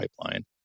pipeline